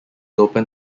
open